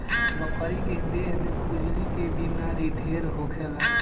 बकरी के देह में खजुली के बेमारी ढेर होखेला